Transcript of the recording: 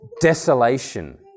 desolation